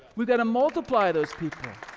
we gotta multiply those people.